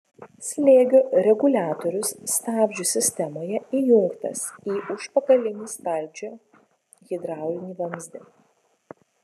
slėgio reguliatorius stabdžių sistemoje įjungtas į užpakalinį stabdžio hidraulinį vamzdį